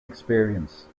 experience